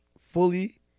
Fully